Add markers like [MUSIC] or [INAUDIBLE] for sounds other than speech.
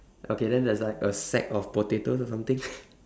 okay then there's like a sack of potatoes or something [LAUGHS]